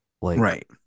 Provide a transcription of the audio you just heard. Right